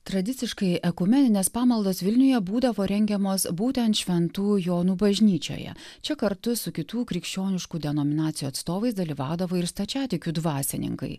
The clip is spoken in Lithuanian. tradiciškai ekumeninės pamaldos vilniuje būdavo rengiamos būtent šventų jonų bažnyčioje čia kartu su kitų krikščioniškų denominacijų atstovais dalyvaudavo ir stačiatikių dvasininkai